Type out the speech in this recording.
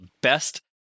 best